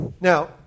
Now